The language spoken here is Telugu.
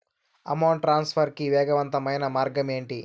అమౌంట్ ట్రాన్స్ఫర్ కి వేగవంతమైన మార్గం ఏంటి